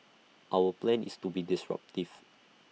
our plan is to be disruptive